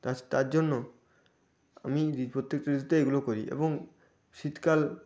তাছ তার জন্য আমি ঋ প্রত্যেকটা ঋতুতে এগুলো করি এবং শীতকাল